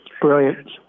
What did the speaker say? Brilliant